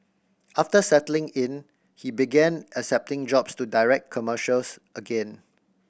after settling in he began accepting jobs to direct commercials again